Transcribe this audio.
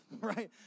right